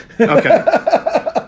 Okay